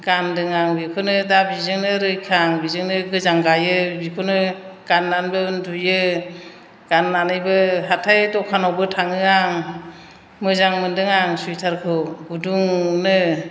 गानदों आं बेखौनो दा बेजोंनो रैखा आं बेजोंनो गोजां गायो बेखौनो गाननानैबो उन्दुयो गाननानैबो हाथाइ दखानावबो थाङो आं मोजां मोनदों आं सुवेटारखौ गुदुंनो